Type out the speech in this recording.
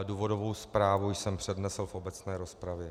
Důvodovou zprávu jsem přednesl v obecné rozpravě.